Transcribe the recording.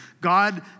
God